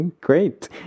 Great